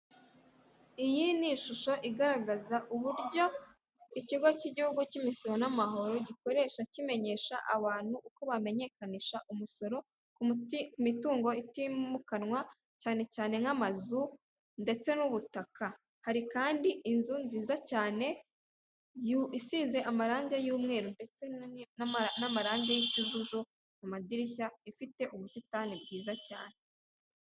Iyi ni ishusho igaragaza uburyo ikigo cy'igihugu cy'imisoro n'amahoro gikoresha kimenyesha abantu uko bamenyekanisha umusoro, ku mitungo itimukanwa cyane cyane nk'amazu, ndetse n'ubutaka. Hari kandi inzu nziza cyane isize amarange y'umweru ndetse n'amarangi y'ikijuju, amadirishya afite ubusitani bwiza cyane.